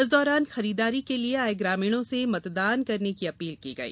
इस दौरान खरीदारी के लिए आये ग्रामीणों से मतदान करने की अपील की गई